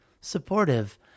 supportive